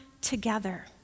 together